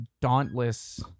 dauntless